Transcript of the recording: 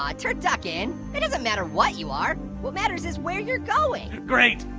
ah turducken, it doesn't matter what you are. what matters is where you're going. great,